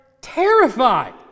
terrified